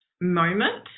moment